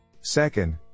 Second